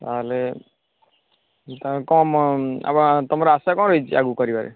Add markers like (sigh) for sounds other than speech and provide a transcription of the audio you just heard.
ତାହେଲେ (unintelligible) ତୁମର ଆଶା କ'ଣ ରହିଛି ଆଗକୁ କରିବାରେ